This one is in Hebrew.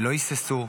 לא היססו.